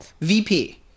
VP